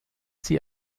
sie